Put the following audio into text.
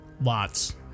lots